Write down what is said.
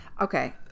Okay